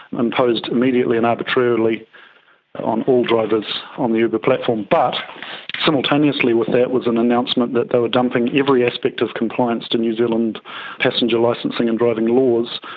imposed immediately and arbitrarily on all drivers on the uber platform. but simultaneously with that was an announcement that they were dumping every aspect of compliance to new zealand passenger licensing and driving laws,